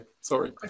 sorry